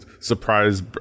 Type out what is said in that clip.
surprise